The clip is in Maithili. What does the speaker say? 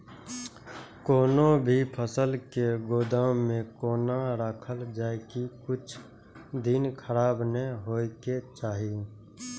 कोनो भी फसल के गोदाम में कोना राखल जाय की कुछ दिन खराब ने होय के चाही?